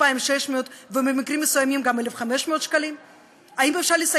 אוטו ונסעתי עד